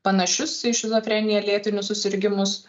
panašius į šizofreniją lėtinius susirgimus